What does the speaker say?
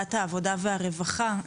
בוועדת העבודה והרווחה,